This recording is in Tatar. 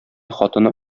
хатыны